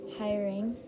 hiring